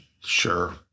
Sure